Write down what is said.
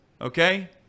okay